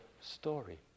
story